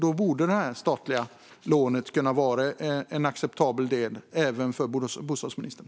Då borde ett statligt lån kunna vara en acceptabel del även för bostadsministern.